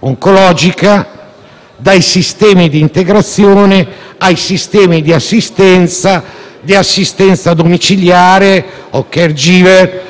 oncologica, dai sistemi di integrazione a quelli di assistenza, di assistenza domiciliare o *caregiver.*